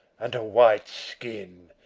and a white skin!